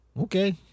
Okay